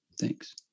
Thanks